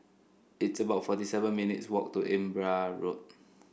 it's about forty seven minutes walk to Imbiah Road